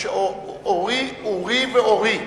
אוּרי ואוֹרי.